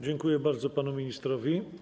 Dziękuję bardzo panu ministrowi.